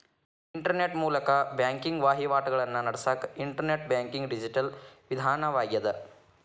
internet ಮೂಲಕ banking ವಹಿವಾಟಿಗಳನ್ನ ನಡಸಕ ಇಂಟರ್ನೆಟ್ ಬ್ಯಾಂಕಿಂಗ್ ಡಿಜಿಟಲ್ ವಿಧಾನವಾಗ್ಯದ